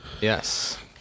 Yes